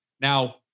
Now